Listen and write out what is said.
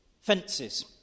fences